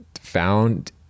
found